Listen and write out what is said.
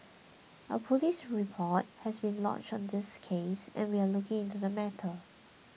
a police report has been lodged on this case and we are looking into the matter